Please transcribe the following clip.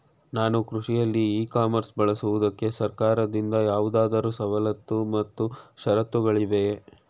ನಾನು ಕೃಷಿಯಲ್ಲಿ e commerce ಬಳಸುವುದಕ್ಕೆ ಸರ್ಕಾರದಿಂದ ಯಾವುದಾದರು ಸವಲತ್ತು ಮತ್ತು ಷರತ್ತುಗಳಿವೆಯೇ?